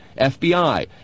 FBI